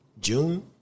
June